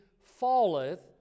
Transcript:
falleth